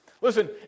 Listen